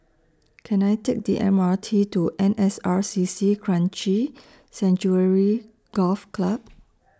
Can I Take The M R T to N S R C C Kranji Sanctuary Golf Club